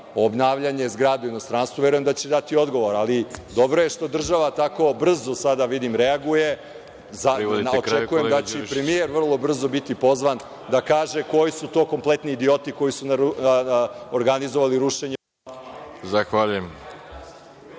obnavljanje zgrade u inostranstvu, verujem da će dati odgovor. Ali, dobro je što država tako brzo sada, vidim, reaguje, zato očekujem da će i premijer vrlo brzo biti pozvan da kaže koji su to kompletni idioti koji su tada organizovali rušenje. **Veroljub